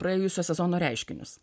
praėjusio sezono reiškinius